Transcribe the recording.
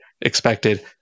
expected